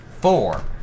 Four